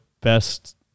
best